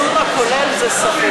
חשבתי שבאיזון הכולל זה סביר.